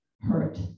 hurt